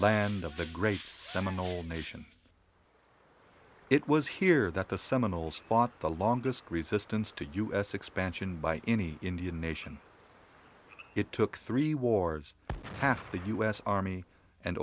land of the great seminole nation it was here that the seminoles fought the longest resistance to us expansion by any indian nation it took three wars and half the us army and